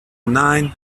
nine